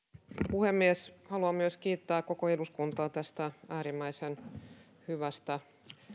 puhemies haluan myös kiittää koko eduskuntaa tästä äärimmäisen hyvästä